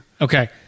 okay